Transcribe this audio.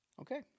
Okay